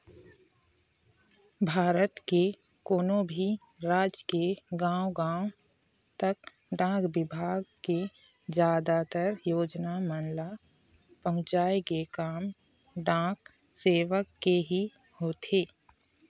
भारत के कोनो भी राज के गाँव गाँव तक डाक बिभाग के जादातर योजना मन ल पहुँचाय के काम डाक सेवक के ही होथे